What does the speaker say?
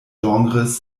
genres